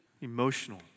emotional